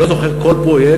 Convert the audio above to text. אני לא זוכר כל פרויקט.